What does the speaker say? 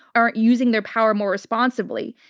aren't using their power more responsibly,